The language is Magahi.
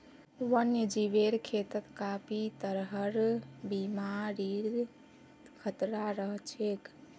वन्यजीवेर खेतत काफी तरहर बीमारिर खतरा रह छेक